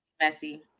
messy